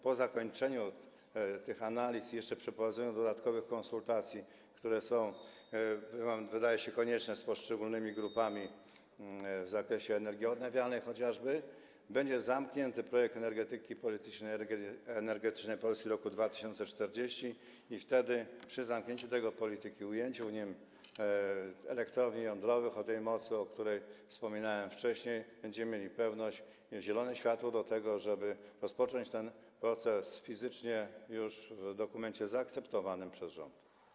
Po zakończeniu tych analiz i jeszcze po przeprowadzeniu dodatkowych konsultacji, które są, wydaje się, konieczne, z poszczególnymi grupami w zakresie energii odnawialnej chociażby, będzie zamknięty projekt energetyki politycznej, energetycznej Polski do roku 2040 i wtedy, przy zamknięciu tego, polityki, ujęciu w nim elektrowni jądrowych o tej mocy, o której wspominałem wcześniej, będziemy mieli pewność i zielone światło do tego, żeby rozpocząć ten proces fizycznie, już w dokumencie zaakceptowanym przez rząd.